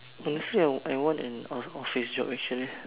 honestly I I want an o~ office job actually